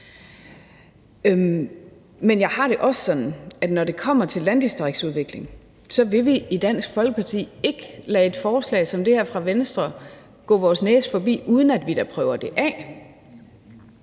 Men jeg har det også sådan, at når det kommer til landdistriktsudvikling, vil vi i Dansk Folkeparti ikke lade et forslag som det her fra Venstre gå vores næse forbi, uden at vi dog prøver det af.